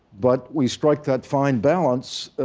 but we strike that fine balance,